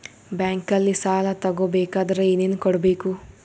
ಬ್ಯಾಂಕಲ್ಲಿ ಸಾಲ ತಗೋ ಬೇಕಾದರೆ ಏನೇನು ಕೊಡಬೇಕು?